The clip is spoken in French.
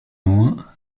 moins